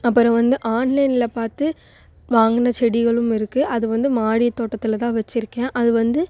அப்புறோம் வந்து ஆன்லைனில் பார்த்து வாங்கின செடிகளும் இருக்கு அது வந்து மாடி தோட்டத்தில் தான் வச்சிருக்கேன் அது வந்து